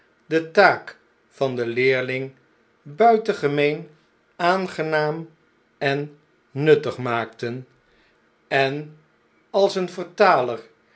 de taak van den leerling buitengemeen aangenaam en nuttig maakten en als een vertaler